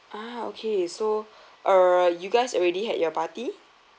ah okay so err you guys already had your party